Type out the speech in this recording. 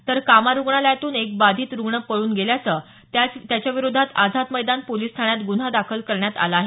तर कामा रुग्णालयातून एक बाधित रुग्ण पळून गेल्यानं त्याच्याविरोधात आझाद मैदान पोलीस ठाण्यात गुन्हा दाखल करण्यात आला आहे